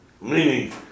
Meaning